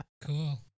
Cool